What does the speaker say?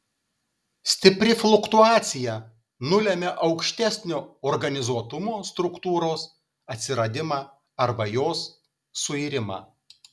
stipri fluktuacija nulemia aukštesnio organizuotumo struktūros atsiradimą arba jos suirimą